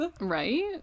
Right